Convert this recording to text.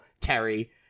Terry